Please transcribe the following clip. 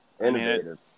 innovative